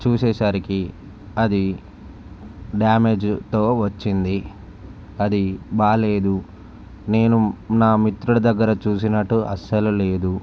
చూసేసరికి అది డ్యామేజ్తో వచ్చింది అది బాగలేదు నేను నా మిత్రుడు దగ్గర చూసినట్టు అసలు లేదు